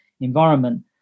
environment